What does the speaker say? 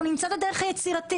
אנחנו נמצא את הדרך היצירתית.